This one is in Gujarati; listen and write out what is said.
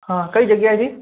હા કઈ જગ્યાએથી